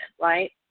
right